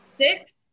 six